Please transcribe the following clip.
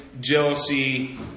jealousy